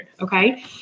Okay